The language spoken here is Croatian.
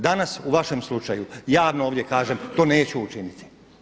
Danas u vašem slučaju javno ovdje kažem to neću učiniti.